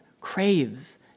craves